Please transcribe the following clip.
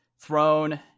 Throne